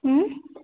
उँ